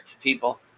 people